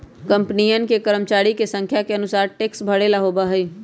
कंपनियन के कर्मचरिया के संख्या के अनुसार टैक्स भरे ला होबा हई